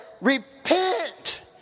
Repent